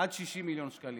עד 60 מיליון שקלים.